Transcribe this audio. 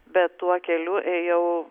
be tuo keliu ėjau